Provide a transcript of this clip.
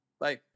Bye